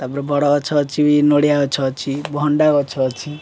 ତାପରେ ବଡ଼ଗଛ ଅଛି ବି ନଡ଼ିଆ ଗଛ ଅଛି ଭଣ୍ଡା ଗଛ ଅଛି